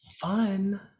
Fun